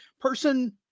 person